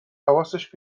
حواسش